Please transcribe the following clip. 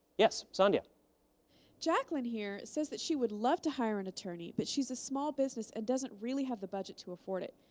yes sandhya jacqueline, here, says that she would love to hire an attorney, but she's a small business and doesn't really have the budget to afford it.